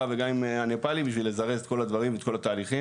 וגם עם הנפאלים בשביל לזרז את כל הדברים ואת כל התהליכים,